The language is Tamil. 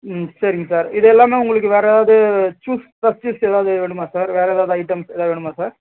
ம் சரிங்க சார் இது இல்லாமே உங்களுக்கு வேறு எதாவது ஜூஸ் ஃப்ரெஷ் ஜூஸ் எதாவது வேணுமா சார் வேறு எதாவது ஐட்டம்ஸ் எதாவது வேணுமா சார்